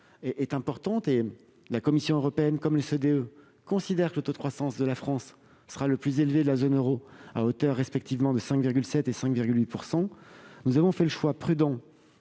est importante. La Commission européenne et l'OCDE considèrent que le taux de croissance de la France sera le plus élevé de la zone euro, à hauteur respectivement de 5,7 % et 5,8 %. Nous avons fait le choix « prudent